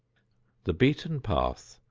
the beaten path,